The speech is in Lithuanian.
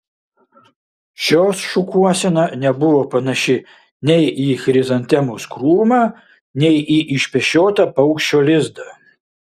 šios šukuosena nebuvo panaši nei į chrizantemos krūmą nei į išpešiotą paukščio lizdą